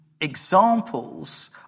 examples